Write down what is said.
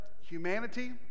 humanity